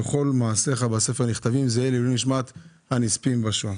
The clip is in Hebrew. וכל מעשיך בספר נכתבין;" זה לעילוי נשמת הנספים בשואה.